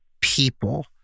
people